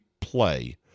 play